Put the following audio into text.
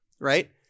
Right